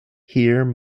here